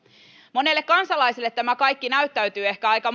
monelle kansalaiselle tämä kaikki näyttäytyy ehkä aika